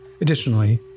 Additionally